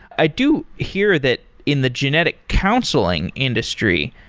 i do hear that in the genetic counseling industry,